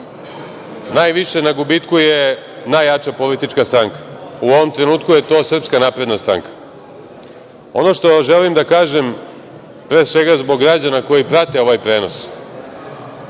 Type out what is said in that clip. najviše na gubitku je najjača politička stranka. U ovom trenutku je to SNS. Ono što želim da kažem, pre svega zbog građana koji prate ovaj prenos,